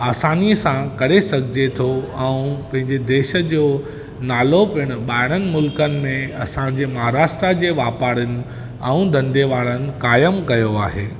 आसानीअ सां करे सघिजे थो ऐं पंहिंजे देश जो नालो पिणि ॿाहिरिनि मुल्कनि में असांजे महाराष्ट्र जे वापारनि ऐं धंधे वारनि क़ायमु कयो आहे